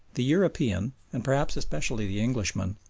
the european, and perhaps especially the englishman,